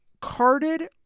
carded